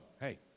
hey